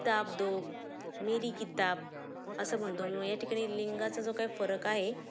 किताब दो मेरी किताब असं म्हणतो मी या ठिकाणी लिंगाचा जो काय फरक आहे